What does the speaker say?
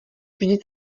vždyť